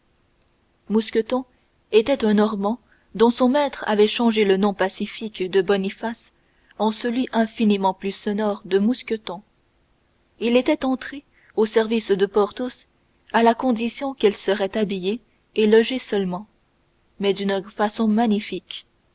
mousqueton était un normand dont son maître avait changé le nom pacifique de boniface en celui infiniment plus sonore et plus belliqueux de mousqueton il était entré au service de porthos à la condition qu'il serait habillé et logé seulement mais d'une façon magnifique